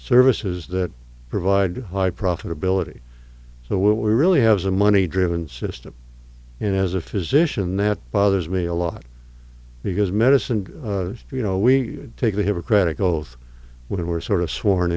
services that provide high profitability so we really have the money driven system and as a physician that bothers me a lot because medicine you know we take the hippocratic oath when we're sort of sworn